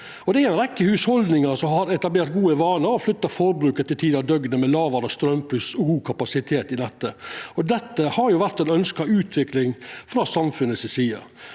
Det er ei rekkje hushald som har etablert gode vanar og har flytt forbruket til tider av døgnet med lågare straumpris og god kapasitet i nettet, og dette har vore ei ønskt utvikling frå samfunnet si side.